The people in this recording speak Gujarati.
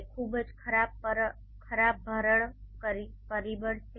તે ખૂબ જ ખરાબ ભરણ પરિબળ છે